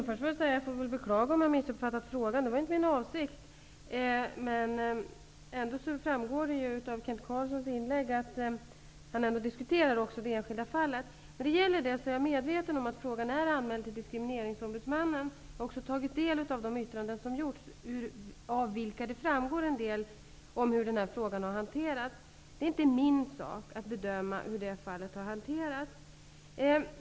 Fru talman! Jag beklagar om jag har missuppfattat frågan. Det var inte min avsikt. Ändå framgår det av Kent Carlssons inlägg att han diskuterar också det enskilda fallet. När det gäller detta fall är jag medveten om att frågan är anmäld till Diskrimineringsombudsmannen, och jag har också tagit del av de yttranden vilka har avgivits och av vilka det framgår en hel del om hanteringen av denna fråga. Det är inte min sak att bedöma hur det fallet har hanterats.